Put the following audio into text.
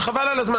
חבל על הזמן.